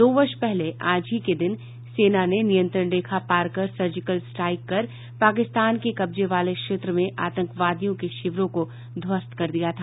दो वर्ष पहले आज ही के दिन सेना ने नियंत्रण रेखा पार कर सर्जिकल स्ट्राईक कर पाकिस्तान के कब्जे वाले क्षेत्र में आतंकवादियों के शिविरों को ध्वस्त कर दिया था